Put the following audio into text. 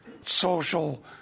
social